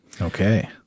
Okay